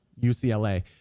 UCLA